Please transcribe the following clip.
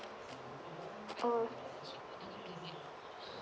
oh